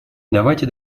давайте